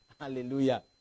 Hallelujah